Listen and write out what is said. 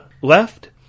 left